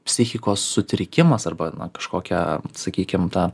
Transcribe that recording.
psichikos sutrikimas arba na kažkokia sakykim ta